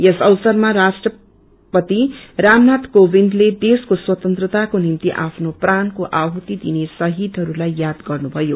यस अवसरमा राष्ट्रपति रामनाय कोविन्दले देशको स्वतन्त्रताको निम्ति आफ्नो प्राणको आहूति दिने शबीदहस्ताई याद गर्नुभयो